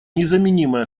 незаменимой